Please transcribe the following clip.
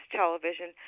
television